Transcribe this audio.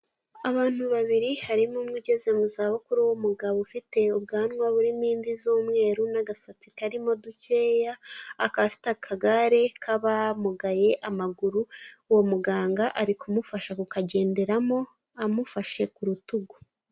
Abantu babiri harimo umwe ugeze mu za bukuru w'umugabo ufite ubwanwa burimo imvi z'umweru n'agasatsi karimo dukeya, akaba akagare k'abamugaye amaguru. Uwo muganga ari kumufasha kukagenderamo amufashe ku rutugu.